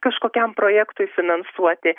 kažkokiam projektui finansuoti